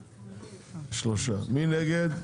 שלושה, מי נגד?